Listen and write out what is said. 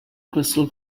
crystal